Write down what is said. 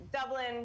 Dublin